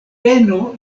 peno